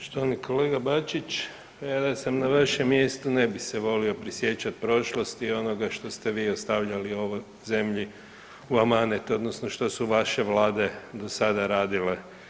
Poštovani kolega Bačić, ja da sam na vašem mjestu ne bi se volio prisjećat prošlosti, onoga što ste vi ostavljali ovoj zemlji u amanet odnosno što su vaše vlade do sada radile.